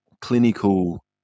clinical